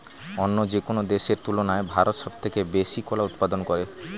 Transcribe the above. অন্য যেকোনো দেশের তুলনায় ভারত সবচেয়ে বেশি কলা উৎপাদন করে